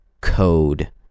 code